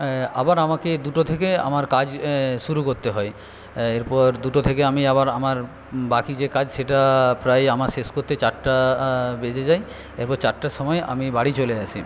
আবার আমাকে দুটো থেকে আমার কাজ শুরু করতে হয় এরপর দুটো থেকে আমি আবার আমার বাকি যে কাজ সেটা প্রায় আমার শেষ করতে চারটা বেজে যায় এরপর চারটার সময় আমি বাড়ি চলে আসি